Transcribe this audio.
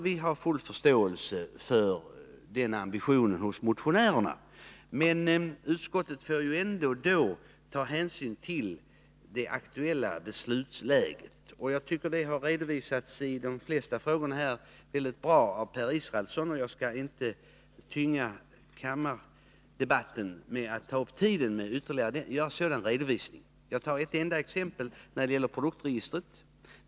Vi har full förståelse för ambitioner hos motionärerna, men utskottet måste ändå ta hänsyn till det aktuella beslutsläget. Jag tycker det har redovisats väldigt bra i de flesta frågorna av Per Israelsson, och jag skall därför inte tynga kammardebatten med ytterligare en sådan redovisning. Jag tar ett exempel när det gäller produktregistret.